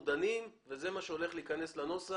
אנחנו דנים וזה מה שהולך להיכנס לנוסח